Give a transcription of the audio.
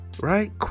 Right